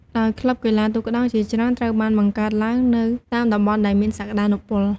ដោយក្លឹបកីឡាទូកក្ដោងជាច្រើនត្រូវបានបង្កើតឡើងនៅតាមតំបន់ដែលមានសក្ដានុពល។